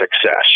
success